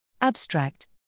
Abstract